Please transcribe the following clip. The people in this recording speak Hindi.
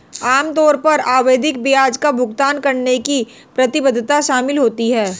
आम तौर पर आवधिक ब्याज का भुगतान करने की प्रतिबद्धता शामिल होती है